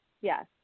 Yes